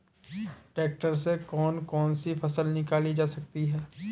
Tractor से कौन कौनसी फसल निकाली जा सकती हैं?